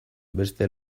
beste